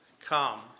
come